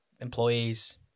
employees